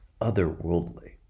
otherworldly